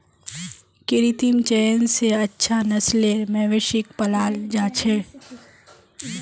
कृत्रिम चयन स अच्छा नस्लेर मवेशिक पालाल जा छेक